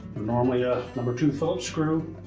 normally a number two phillips screw.